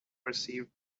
perceived